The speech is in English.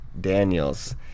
Daniels